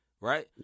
Right